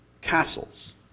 castles